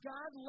God